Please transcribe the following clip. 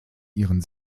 ihren